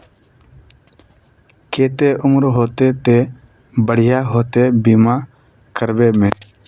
केते उम्र होते ते बढ़िया होते बीमा करबे में?